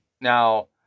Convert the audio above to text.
Now